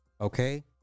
Okay